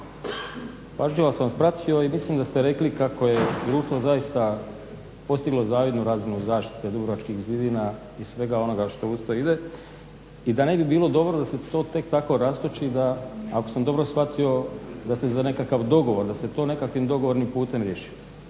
Pažljivo sam vas pratio i mislim da ste rekli kako je društvo zaista postiglo zavidnu razinu zaštite dubrovačkih zidina i svega onoga što uz to ide i da ne bi bilo dobro da se to tek tako rastoči da ako sam dobro shvatio da ste za nekakav dogovor, da se to nekakvim dogovornim putem riješi.